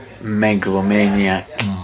megalomaniac